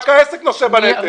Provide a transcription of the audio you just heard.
רק העסק נושא בנטל.